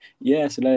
Yes